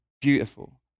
beautiful